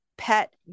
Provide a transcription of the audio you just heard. pet